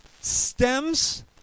stems